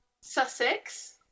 Sussex